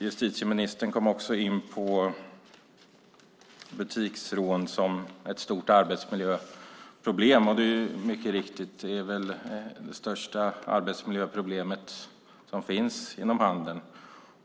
Justitieministern kom också in på butiksrån som ett stort arbetsmiljöproblem, och det är mycket riktigt. Det är väl det största arbetsmiljöproblemet inom handeln.